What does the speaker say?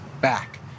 back